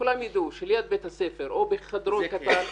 שכולם יידעו שליד בית הספר או בחדרון קטן,